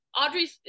Audrey